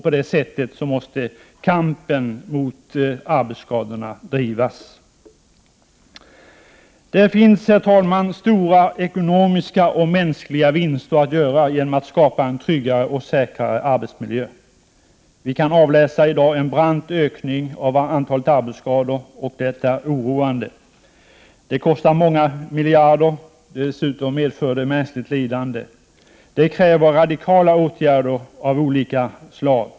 På det sättet måste kampen mot arbetsskadorna drivas. Det finns, herr talman, stora ekonomiska och mänskliga vinster att göra genom att man skapar en tryggare och säkrare arbetsmiljö. Vi kan avläsa i dag en brant ökning av antalet arbetsskador, och det är oroande. Det kostar många miljarder, och dessutom medför det mänskligt lidande. Det kräver radikala åtgärder av olika slag.